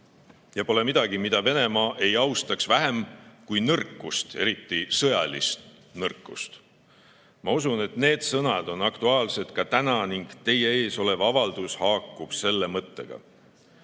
ja pole midagi, mida Venemaa ei austaks vähem kui nõrkust, eriti sõjalist nõrkust. Ma usun, et need sõnad on aktuaalsed ka täna ning teie ees olev avaldus haakub selle mõttega.